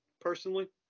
personally